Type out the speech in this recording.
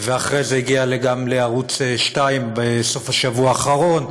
ואחרי זה הגיעה גם לערוץ 2 בסוף השבוע האחרון,